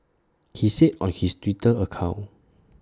he said on his Twitter account